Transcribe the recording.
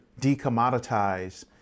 decommoditize